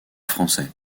français